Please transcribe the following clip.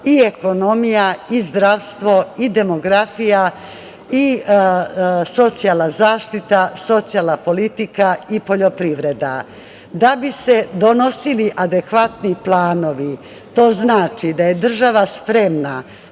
i ekonomija i zdravstvo i demografija, socijalna zaštita, socijalna politika i poljoprivreda. Da bi se donosili adekvatni planovi, to znači da je država spremna